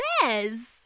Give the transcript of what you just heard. says